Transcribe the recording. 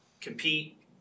compete